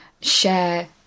share